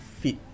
fit